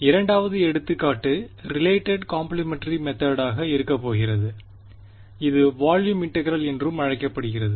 2 வது எடுத்துக்காட்டு related complementary மெதேடாக இருக்கப் போகிறது இது வால்யும் இன்டெகிரெல் என்றும் அழைக்கப்படுகிறது